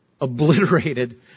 Obliterated